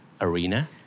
arena